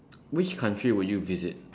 which country would you visit